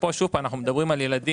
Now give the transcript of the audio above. פה אנחנו מדברים על ילדים,